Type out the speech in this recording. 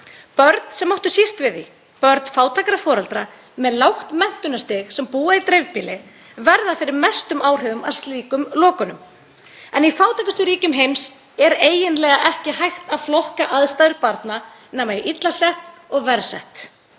Börn sem máttu síst við því, börn fátækra foreldra með lágt menntunarstig sem búa í dreifbýli, verða fyrir mestum áhrifum af slíkum lokunum, en í fátækustu ríkjum heims er eiginlega ekki hægt að flokka aðstæður barna nema í illa sett og verr sett,